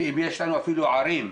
אם יש לנו אפילו ערים,